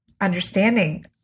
understanding